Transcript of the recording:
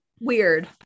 weird